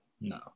No